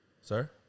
Sir